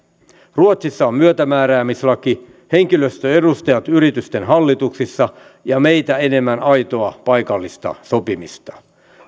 ruotsissa on myötämääräämislaki henkilöstön edustajat yritysten hallituksissa ja meitä enemmän aitoa paikallista sopimista